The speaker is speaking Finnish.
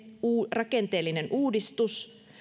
rakenteellinen uudistus